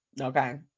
okay